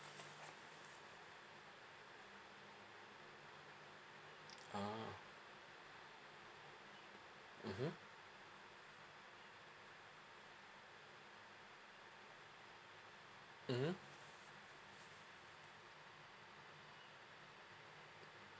ah mmhmm mmhmm